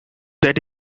that